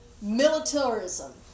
Militarism